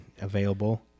available